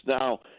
Now